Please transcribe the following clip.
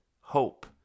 hope